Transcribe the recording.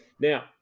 Now